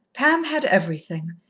pam had everything,